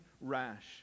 rash